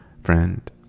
friend